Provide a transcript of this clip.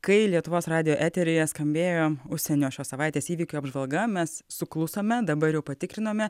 kai lietuvos radijo eteryje skambėjo užsienio šios savaitės įvykių apžvalga mes suklusome dabar jau patikrinome